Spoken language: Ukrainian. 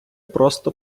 просто